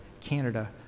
Canada